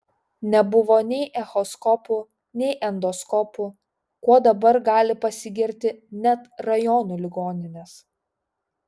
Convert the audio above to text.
nebuvo nei echoskopų nei endoskopų kuo dabar gali pasigirti net rajonų ligoninės